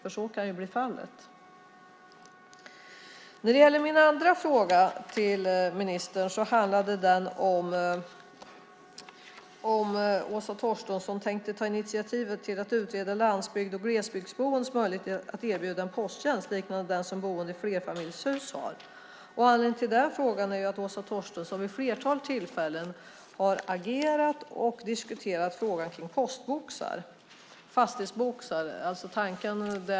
Det kan ju bli fallet. Min andra fråga till ministern gällde om Åsa Torstensson tänker ta initiativ till att utreda landsbygds och glesbygdsboendes möjlighet att erbjudas en posttjänst liknande den som boende i flerfamiljshus har. Anledningen till frågan är att Åsa Torstensson vid ett flertal tillfällen har agerat och diskuterat frågan om fastighetsboxar.